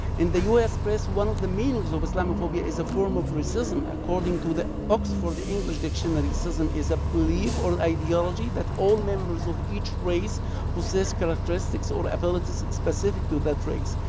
in the us press, one of the meanings of islamophobia is a form of racism. according to the oxford english dictionary, racism is a belief or ideology that all members of each race possess characteristics or abilities specific to that race,